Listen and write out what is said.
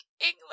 English